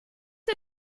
ihr